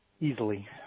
easily